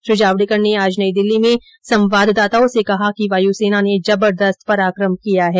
श्री जावड़ेकर ने आज नई दिल्ली में संवाददाताओं से कहा कि वायु सेना ने जबरदस्त पराक्रम किया है